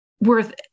worth